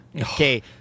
Okay